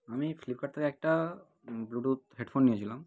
আমি ফ্লিপকার্ট থেকে একটা ব্লুটুথ হেডফোন নিয়েছিলাম